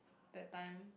that time